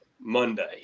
monday